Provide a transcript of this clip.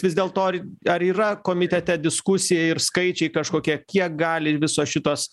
vis dėlto ar ar yra komitete diskusija ir skaičiai kažkokie kiek gali visos šitos